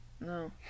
No